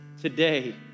Today